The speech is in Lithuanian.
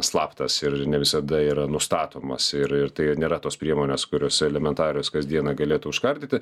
slaptas ir ne visada yra nustatomas ir ir tai nėra tos priemonės kurios elementarios kasdieną galėtų užkardyti